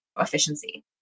efficiency